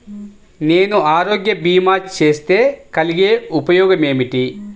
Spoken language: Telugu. నేను ఆరోగ్య భీమా చేస్తే కలిగే ఉపయోగమేమిటీ?